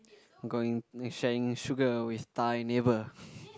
I'm going sharing sugar with Thai neighbour